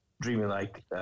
dreamy-like